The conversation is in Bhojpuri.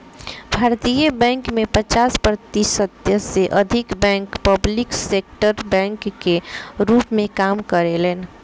भारतीय बैंक में पचास प्रतिशत से अधिक बैंक पब्लिक सेक्टर बैंक के रूप में काम करेलेन